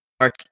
Mark